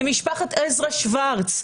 למשפחת עזרא שוורץ,